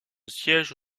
siège